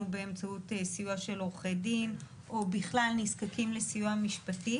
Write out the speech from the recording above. באמצעות סיוע של עורכי דין או בכלל נזקקים לסיוע משפטי,